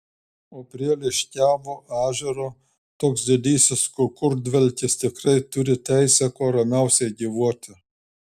o prie liškiavio ežero toks didysis kukurdvelkis tikrai turi teisę kuo ramiausiai gyvuoti